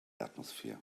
atmosphere